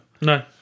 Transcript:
no